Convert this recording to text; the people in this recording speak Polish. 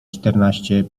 czternaście